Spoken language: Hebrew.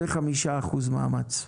זה 5% מאמץ.